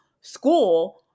school